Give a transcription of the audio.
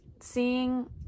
seeing